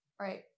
Right